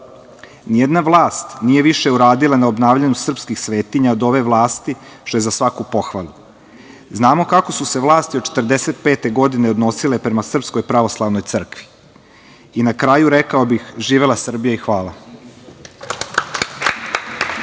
jedna vlast nije više uradila na obnavljanju srpskih svetinja od ove vlasti, što je za svaku pohvalu. Znamo kako su se vlasti od četrdeset pete godine odnosile prema Srpskoj pravoslavnoj crkvi. Na kraju, rekao bih, živela Srbija i hvala.